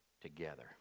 together